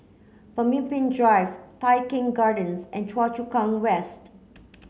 Pemimpin Drive Tai Keng Gardens and Choa Chu Kang West